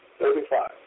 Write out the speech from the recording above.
Thirty-five